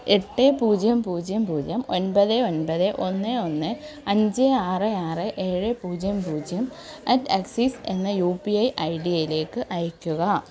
എട്ട് പൂജ്യം പൂജ്യം പൂജ്യം ഒൻപത് ഒൻപത് ഒന്ന് ഒന്ന് അഞ്ച് ആറ് ആറ് ഏഴ് പൂജ്യം പൂജ്യം അറ്റ് അക്സിസ് എന്ന U P I I D യിലേക്ക് അയയ്ക്കുക